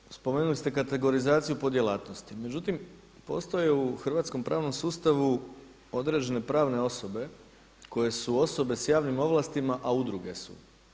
Dakle, spomenuli ste kategorizaciju po djelatnosti, međutim postoji u hrvatskom pravnom sustavu određena pravne osobe koje su osobe s javnim ovlastima, a udruge su.